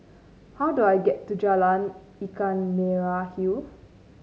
how do I get to Jalan Ikan Merah Hill